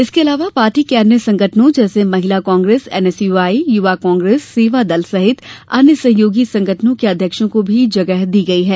इसके अलावा पार्टी के अन्य संगठनों जैसे महिला कांग्रेस एनएसयूआई युवा कांग्रेस सेवा दल सहित अन्य सहयोगी संगठनों के अध्यक्षों को भी जगह दी गई है